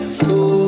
slow